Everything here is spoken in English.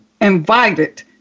invited